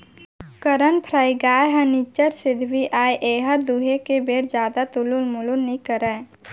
करन फ्राइ गाय ह निच्चट सिधवी अय एहर दुहे के बेर जादा तुलुल मुलुल नइ करय